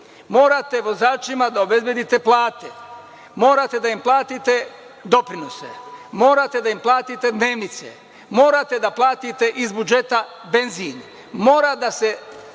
morate vozačima da obezbedite plate, morate da im platite doprinose, morate da im platite dnevnice, morate da platite iz budžeta benzin, mora da se